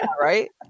right